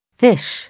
fish